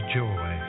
joy